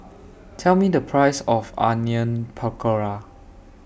Tell Me The Price of Onion Pakora